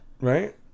Right